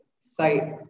site